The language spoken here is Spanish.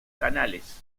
canales